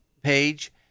page